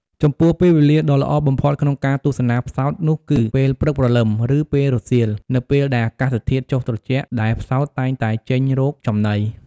ចំពោះពេលវេលាដ៏ល្អបំផុតក្នុងការទស្សនាផ្សោតនោះគឺ ពេលព្រឹកព្រលឹម ឬពេលរសៀល នៅពេលដែលអាកាសធាតុចុះត្រជាក់ ដែលផ្សោតតែងតែចេញរកចំណី ។